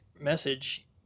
message